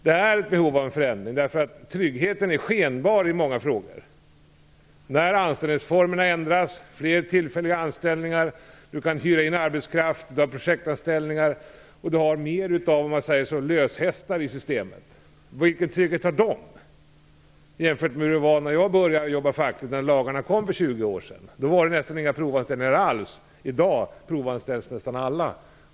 Det finns ett behov av förändring, därför att tryggheten är i många fall är skenbar - anställningsformer ändras, antalet frivilligt anställda ökar, arbetskraft kan hyras in och människor projektanställs, dvs. det blir mer av löshästar i systemet. Vad har de för trygghet jämfört med hur det var när jag började jobba fackligt, då lagarna infördes för 20 år sedan? Då gjordes nästan inga provanställningar alls. I dag provanställs nästan alla.